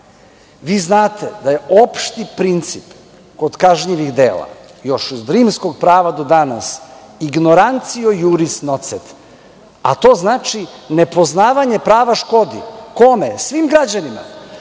Vi znate da je opšti princip kod kažnjivih dela, još iz rimskog prava do danas, ignorantio iuris nocet, a to znači – nepoznavanje prava škodi. Kome? Svim građanima.